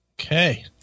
okay